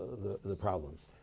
the problems.